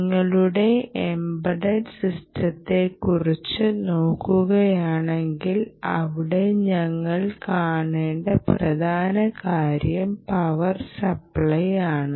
നിങ്ങളുടെ എമ്പഡഡ് സിസ്റ്റത്തെക്കുറിച്ച് നോക്കുകയാണെങ്കിൽ അവിടെ ഞങ്ങൾ കാണേണ്ട പ്രധാന കാര്യം പവർ സപ്ലൈ ആണ്